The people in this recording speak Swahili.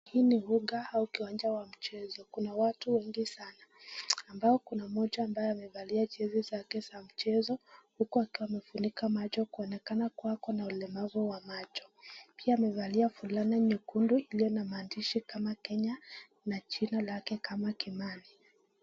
Hii ni uga au kiwanja wa mchezo. Kuna watu wengi sana, ambao kuna moja ambaye amevaa jezi zake za mchezo, huku akiwa amefunika macho kuonekana kuwa ako na ulemavu wa macho. Pia amevalia fulana nyekundu iliyona maandishi kama kenya na jina lake kama kimani.